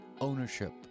ownership